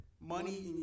Money